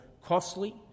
costly